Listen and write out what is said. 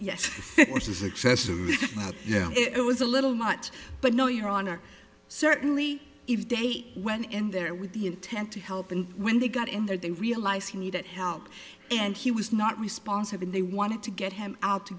is excessive yeah it was a little much but no your honor certainly if they when and there with the intent to help and when they got in there they realized he needed help and he was not responsive and they wanted to get him out to